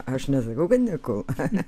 aš nesakau kad ne kūl ne